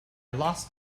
lost